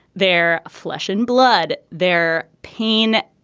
they're flesh and blood their pain.